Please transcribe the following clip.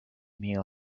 meal